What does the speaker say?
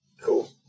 Cool